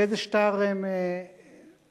באיזה שטר הם משתמשים.